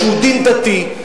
שהוא דין דתי,